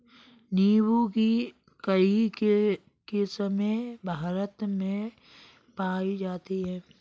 नीम्बू की कई किस्मे भारत में पाई जाती है